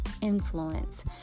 influence